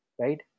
right